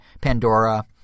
Pandora